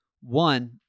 one